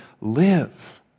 live